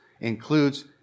includes